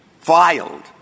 filed